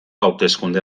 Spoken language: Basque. hauteskunde